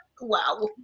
Wow